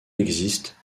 existe